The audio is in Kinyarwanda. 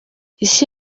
isi